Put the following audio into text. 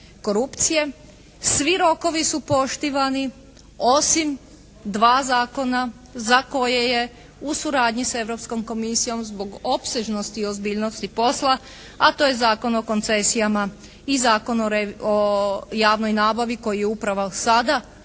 korupcije. Svi rokovi su poštivani osim dva zakona za koje je u suradnji s Europskom komisijom zbog opsežnosti i ozbiljnosti posla, a to je Zakon o koncesijama i Zakon o javnoj nabavi koji je upravo sada